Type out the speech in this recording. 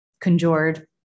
conjured